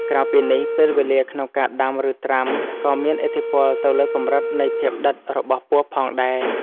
ក្រៅពីនេះ ពេលវេលាក្នុងការដាំឬត្រាំក៏មានឥទ្ធិពលទៅលើកម្រិតនៃភាពដិតរបស់ពណ៌ផងដែរ។